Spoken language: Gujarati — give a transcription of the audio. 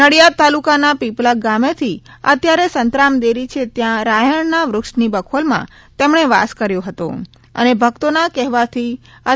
નડિયાદ તાલુકાના પીપલગ ગામેથી અત્યારે સંતરામ દેરી છે ત્યાં રાયણ ના વૃક્ષની બખોલમાં તેમણે વાસ કર્યો હતો અને ભક્તોના કહેવાથી અત્યારે સંતરામ તા